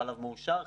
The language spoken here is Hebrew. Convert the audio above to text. חלב מועשר,